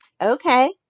Okay